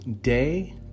day